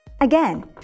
Again